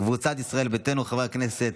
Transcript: קבוצת סיעת ישראל ביתנו, חברי הכנסת